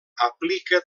aplica